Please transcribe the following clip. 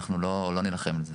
אנחנו לא נלחם בזה.